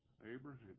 Abraham